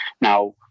Now